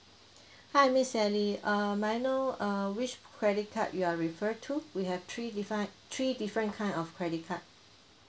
hi miss sally err may I know err which credit card you are refer to we have three defin~ three different kind of credit card